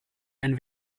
ein